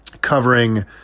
covering